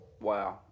Wow